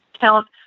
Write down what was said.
count